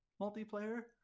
multiplayer